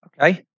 Okay